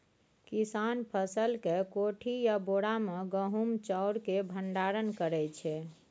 किसान फसल केँ कोठी या बोरा मे गहुम चाउर केँ भंडारण करै छै